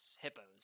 Hippos